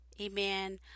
Amen